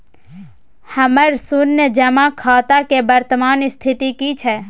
हमर शुन्य जमा खाता के वर्तमान स्थिति की छै?